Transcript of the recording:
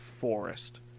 forest